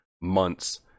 months